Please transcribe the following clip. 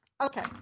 Okay